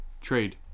trade